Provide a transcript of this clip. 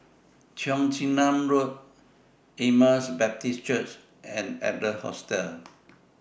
Cheong Chin Nam Road Emmaus Baptist Church and Adler Hostel